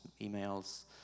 emails